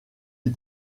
les